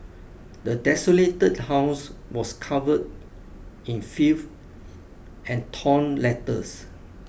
the desolated house was covered in filth and torn letters